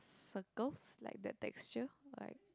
circles like that texture like